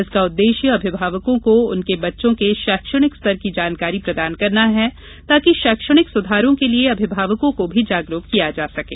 इसका उद्देश्य अभिभावकों को उनके बच्चों के शैक्षणिक स्तर की जानकारी प्रदान करना है ताकि शैक्षणिक सुधारों के लिये अभिभावकों को भी जागरुक किया जा सकें